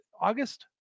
August